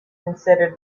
considered